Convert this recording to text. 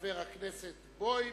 חבר הכנסת בוים,